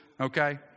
okay